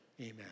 Amen